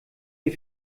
ihr